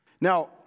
Now